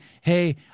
hey